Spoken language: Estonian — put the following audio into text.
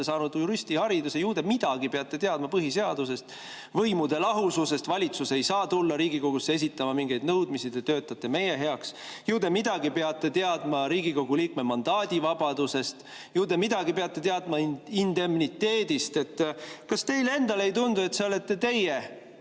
saanud juristihariduse. Ju te midagi peate teadma põhiseadusest, võimude lahususest. Valitsus ei saa tulla Riigikogusse esitama mingeid nõudmisi, te töötate meie heaks. Ju te midagi peate teadma Riigikogu liikme mandaadi vabadusest. Ju te midagi peate teadma indemniteedist. Kas teile endale ei tundu, et see olete teie